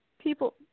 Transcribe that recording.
People